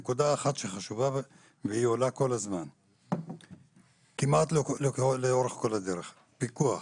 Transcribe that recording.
נקודה חשובה שעולה כל הזמן לאורך כל הדרך זה עניין הפיקוח.